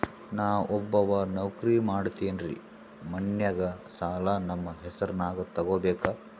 ನಾ ಒಬ್ಬವ ನೌಕ್ರಿ ಮಾಡತೆನ್ರಿ ಮನ್ಯಗ ಸಾಲಾ ನಮ್ ಹೆಸ್ರನ್ಯಾಗ ತೊಗೊಬೇಕ?